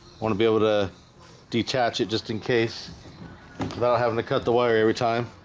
want to be able to detach it just in case without having to cut the wire every time